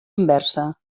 inversa